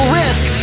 risk